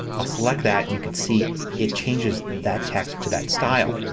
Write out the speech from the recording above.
ah select that and you could see it changes that text to that style.